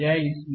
इसलिए यह